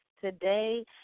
today